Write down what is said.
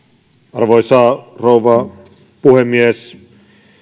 arvoisa rouva puhemies